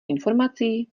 informací